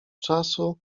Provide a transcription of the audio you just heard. czasu